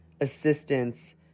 assistance